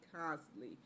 constantly